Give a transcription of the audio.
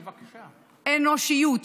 אנושיות,